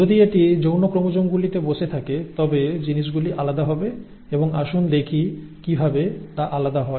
যদি এটি যৌন ক্রোমোসোমগুলিতে বসে থাকে তবে জিনিসগুলি আলাদা হবে এবং আসুন দেখি কিভাবে তা আলাদা হয়